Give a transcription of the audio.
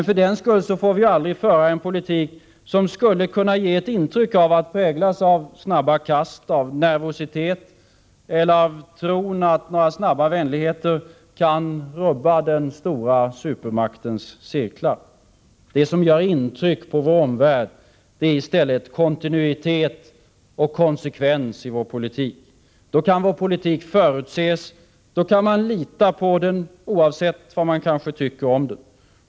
För den skull får vi aldrig föra en politik som skulle kunna ge intryck av att präglas av snabba kast, av nervositet eller av tron att några snabba vänligheter kan rubba den stora supermaktens cirklar. Det som gör intryck på vår omvärld är i stället kontinuitet och konsekvens i vår politik. Då kan vår politik förutses, då kan man lita på den oavsett vad man tycker om den.